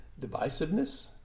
divisiveness